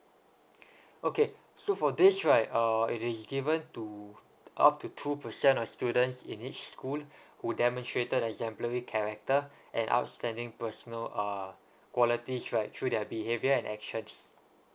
okay so for this right uh it is given to t~ up to two percent of students in each school who demonstrated exemplary character and outstanding personal uh qualities right through their behaviour and actions